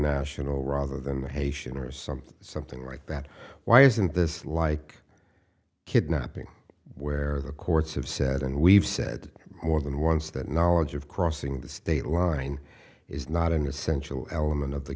national rather than the haitian or something something like that why isn't this like kidnapping where the courts have said and we've said more than once that knowledge of crossing the state line is not an essential element of the